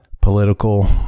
political